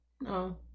No